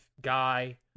guy